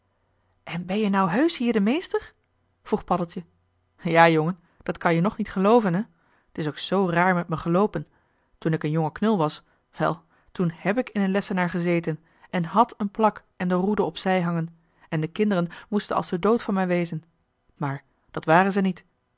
en ben-je nou heusch hier de meester vroeg paddeltje ja jongen dat kan-je nog niet gelooven hè t is ook zoo raar met me geloopen toen ik een jonge knul was wel toen hèb ik in een lessenaar gezeten en hàd een plak en de roede op zij hangen en de kinderen moesten als den dood van mij wezen maar dat waren ze niet